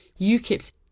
UKIP's